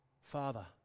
Father